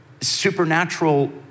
supernatural